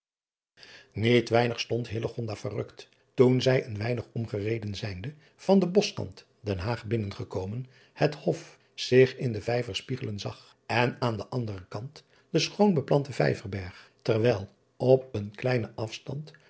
iet weinig stond verrukt toen zij een weinig omgereden zijnde van den boschkant den aag binnengekomen het of zich in den ijver spiegelen zag en aan den anderen kant den schoon beplanten ijverberg terwijl op eenen kleinen afstand